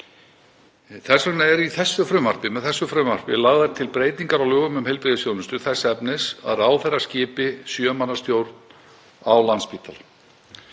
Þess vegna eru með þessu frumvarpi lagðar til breytingar á lögum um heilbrigðisþjónustu þess efnis að ráðherra skipi sjö manna stjórn á Landspítala.